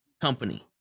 company